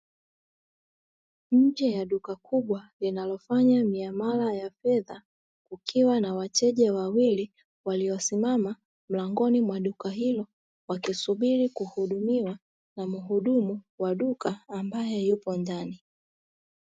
Nje ya duka kubwa linalofanya miamala ya fedha kukiwa na wateja wawili waliosimama mlangoni kwa duka hilo, wakisubiri kuhudumiwa na mhudumu wa duka ambaye yupo ndani.